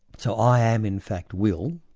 so i am in fact will.